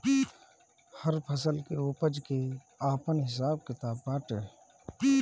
हर फसल के उपज के आपन हिसाब किताब बाटे